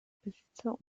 besitzer